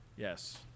Yes